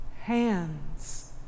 hands